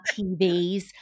tvs